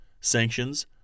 sanctions